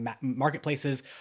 marketplaces